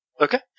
Okay